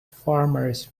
farmers